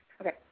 Okay